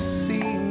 see